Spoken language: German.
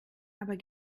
aber